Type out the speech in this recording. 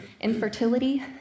infertility